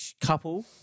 Couple